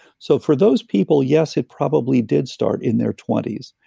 so for those people, yes, it probably did start in their twenty s.